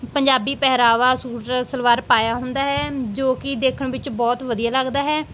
ਪੰਜਾਬੀ ਪਹਿਰਾਵਾ ਸੂਟ ਸਲਵਾਰ ਪਾਇਆ ਹੁੰਦਾ ਹੈ ਜੋ ਕਿ ਦੇਖਣ ਵਿੱਚ ਬਹੁਤ ਵਧੀਆ ਲੱਗਦਾ ਹੈ